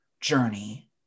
journey